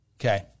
okay